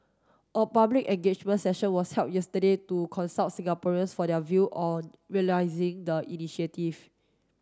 a public engagement session was held yesterday to consult Singaporeans for their view on realising the initiative